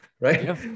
right